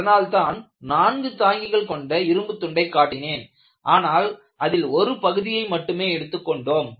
அதனால்தான் 4 தாங்கிகள் கொண்ட ஒரு இரும்புத் துண்டை காட்டினேன் ஆனால் அதில் ஒரு பகுதியை மட்டுமே எடுத்துக் கொண்டோம்